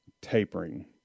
tapering